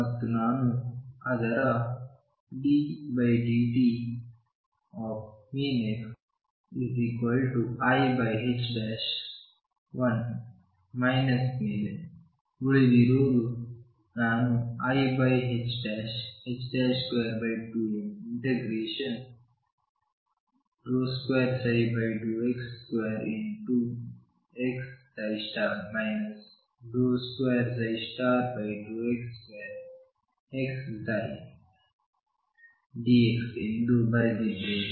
ಮತ್ತು ನಾನು ಅವರ ddt⟨x⟩i1 ಮೈನಸ್ ಮೇಲೆ ಉಳಿದಿರುವುದು ನಾನು i22m ∫2x2x 2x2xψdxಎಂದು ಬರೆದಿದ್ದೇನೆ